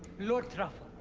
lord truffle.